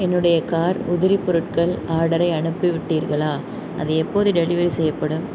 என்னுடைய கார் உதிரி பொருட்கள் ஆர்டரை அனுப்பிவிட்டீர்களா அது எப்போது டெலிவரி செய்யப்படும்